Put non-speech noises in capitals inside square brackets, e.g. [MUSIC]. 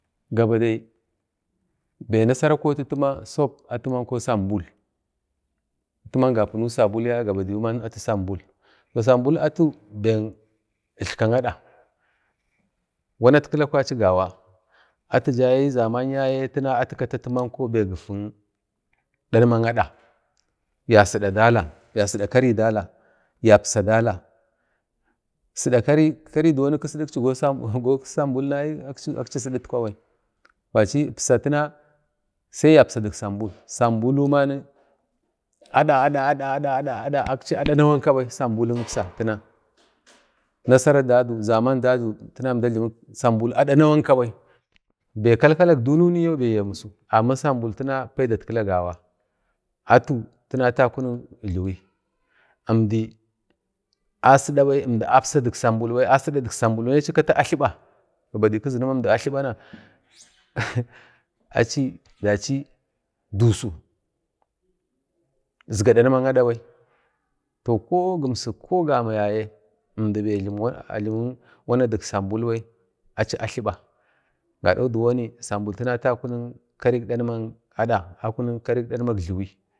Ga badai bai nasara kotatu ma [UNINTELLIGIBLE] atu manko sambul atiman gapinau lalatu ma sambilyaye atiman sambul, toh sambul atu beki tlan ada watkila kwavchi gawa atu da əzaman yaye tina atiyau bek dadman ada, ya sida dala ya sida karai dala, yapsa dala karini kisi dakchi go sambulni i akchi siditkwa bai kwachi ibsa tana sai yabsa dik sambul, sambulu man ada-ada-ada akchi ada nawanka bai sambuluk ibsa tina nasara dadu zaman dadu tina sambul ada nawanka bai be kalkala dik bai ya musa amma sambul lina paidatkila gawa atu tina ata kunik jliwi, əmdi asidabai apsa dik sambul bai ai achi kata atliba gabadai kazinu ma əmdi atlibana [LAUGHS] achi dachi dusu izga dadmak ada bai toh ko gmsik ko gama yaye əmdi be a jlimik wana dik sambul bai achi atliba gado diwoni sambul tanau akunik karai dadma ada, karik dadmak jliwi